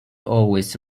always